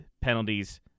penalties